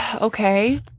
okay